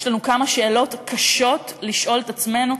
יש לנו כמה שאלות קשות לשאול את עצמנו.